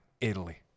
Italy